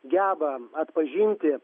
geba atpažinti